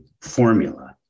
formula